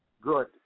good